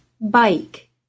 bike